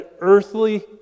earthly